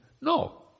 No